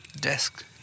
desk